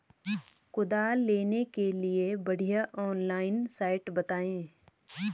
कुदाल लेने के लिए बढ़िया ऑनलाइन साइट बतायें?